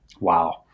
Wow